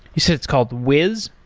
you said it's called wiz?